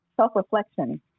self-reflection